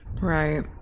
right